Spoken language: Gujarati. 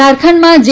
ઝારખંડમાં જે